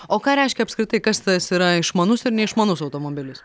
o ką reiškia apskritai kas tas yra išmanus ir neišmanus automobilis